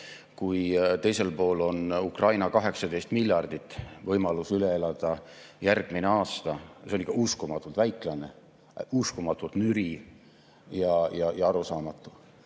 kui teisel pool on Ukraina 18 miljardit võimalus üle elada järgmine aasta. See on ikka uskumatult väiklane. Uskumatult nüri ja arusaamatu.